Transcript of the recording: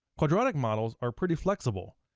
quadratic models are pretty flexible,